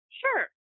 sure